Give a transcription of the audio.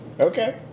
Okay